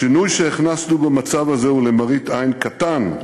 השינוי שהכנסנו במצב הזה הוא למראית עין קטן,